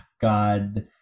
God